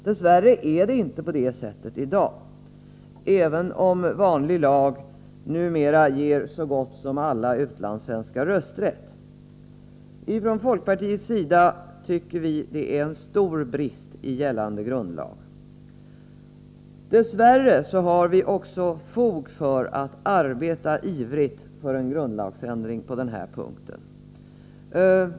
Dess värre är det inte på det sättet i dag, även om vanlig lag numera ger så gott som alla utlandssvenskar rösträtt. Från folkpartiets sida tycker vi att detta är en stor brist i gällande grundlag. Dess värre har vi också fog för att arbeta ivrigt för en grundlagsändring på den här punkten.